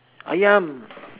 ayam